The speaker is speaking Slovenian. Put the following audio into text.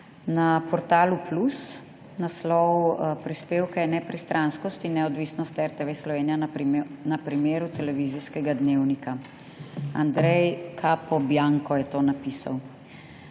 na Portalu Plus. Naslov prispevka je Nepristranskost in neodvisnost RTV Slovenija na primeru televizijskega Dnevnika, Andrej Capobianco je to napisal.